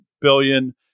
billion